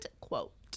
quote